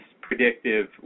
predictive